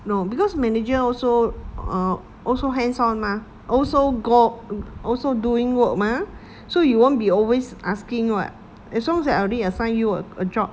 no because manager also are also hands on mah also go also doing work mah so you won't be always asking as long as I already assign you a job